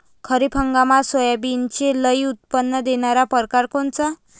खरीप हंगामात सोयाबीनचे लई उत्पन्न देणारा परकार कोनचा?